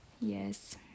yes